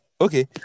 Okay